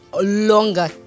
longer